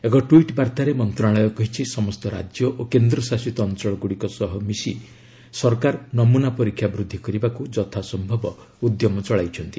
ଏକ ଟ୍ୱିଟ୍ ବାର୍ତ୍ତାରେ ମନ୍ତ୍ରଣାଳୟ କହିଛି ସମସ୍ତ ରାଜ୍ୟ ଓ କେନ୍ଦ୍ରଶାସିତ ଅଞ୍ଚଳଗୁଡ଼ିକ ସହ ମିଶି ସରକାର ନମୁନା ପରୀକ୍ଷା ବୃଦ୍ଧି କରିବାକୁ ଯଥାସ୍ୟବ ଉଦ୍ୟମ ଚଳାଇଛନ୍ତି